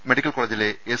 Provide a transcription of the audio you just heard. medical കോളജിലെ S